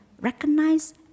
recognize